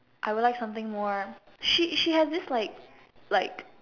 I would like something more she she has this like like